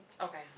Okay